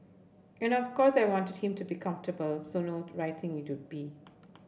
and of course I wanted him to be comfortable so no writing it would be